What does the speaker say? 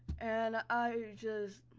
and i just.